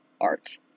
art